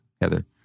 Heather